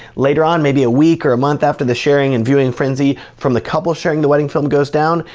later on, maybe a week or a month after the sharing and viewing frenzy, from the couple sharing the wedding film goes down.